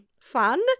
fun